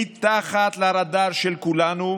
מתחת לרדאר של כולנו,